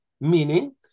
meaning